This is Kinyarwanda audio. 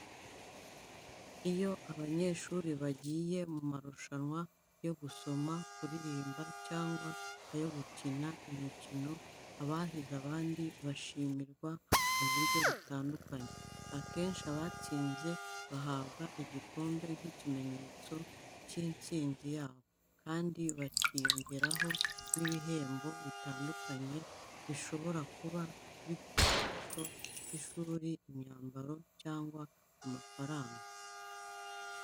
Iyo abanyeshuri bagiye mu marushanwa yo gusoma, kuririmba cyangwa ayo gukina imikino, abahize abandi bashimirwa mu buryo butandukanye. Akenshi, abatsinze bahabwa igikombe nk'ikimenyetso cy'intsinzi yabo, kandi hakiyongeraho n'ibihembo bitandukanye bishobora kuba ibikoresho by'ishuri, imyambaro cyangwa amafaranga.